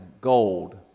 gold